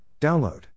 Download